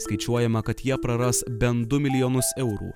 skaičiuojama kad jie praras bent du milijonus eurų